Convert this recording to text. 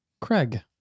Craig